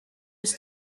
was